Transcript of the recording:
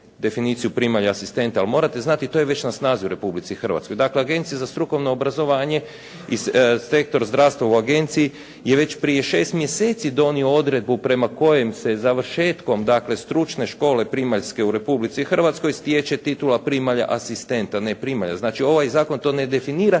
definiciju primalja asistenta, ali morate znate to je već na snazi u Republici Hrvatskoj. Dakle, Agencija za strukovno obrazovanje i sektor zdravstva u agenciji je već prije šest mjeseci donio odredbu prema kojem se završetkom dakle stručne škole primaljske u Republici Hrvatskoj stječe titula primalja asistenta, a ne primalja. Znači, ovaj zakon to ne definira